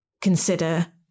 consider